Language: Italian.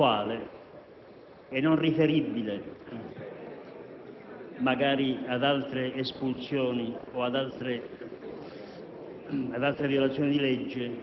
che non ci fosse un criterio vago di interpretazione, ma che la pericolosità